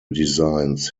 designs